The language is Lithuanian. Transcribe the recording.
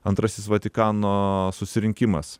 antrasis vatikano susirinkimas